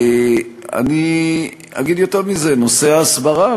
אני אגיד יותר מזה: נושא ההסברה,